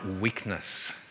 weakness